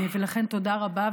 ולכן תודה רבה.